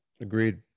Agreed